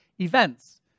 events